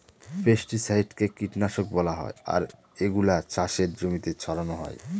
পেস্টিসাইডকে কীটনাশক বলা হয় আর এগুলা চাষের জমিতে ছড়ানো হয়